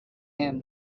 him